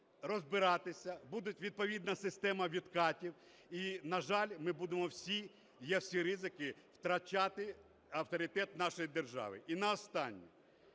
розбиратися, буде відповідна система відкатів, і, на жаль, ми будемо всі, є всі ризики, втрачати авторитет нашої держави. І наостаннє.